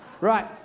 Right